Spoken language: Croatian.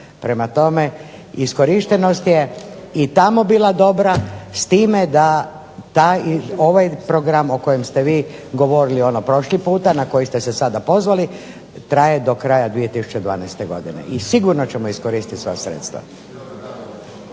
Prema tome, iskorištenost je i tamo bila dobra, s time da ovaj program o kojem ste vi govorili prošli puta, na koji ste se sada pozvali traje do kraja 2012. godine i sigurno ćemo iskoristiti ta sredstva.